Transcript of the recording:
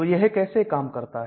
तो यह कैसे काम करता है